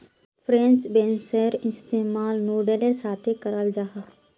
French बेंसेर इस्तेमाल नूडलेर साथे कराल जाहा